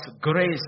grace